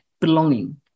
belonging